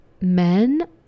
Men